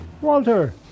Walter